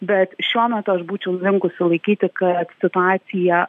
bet šiuo metu aš būčiau linkusi laikyti kad situacija